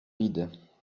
vides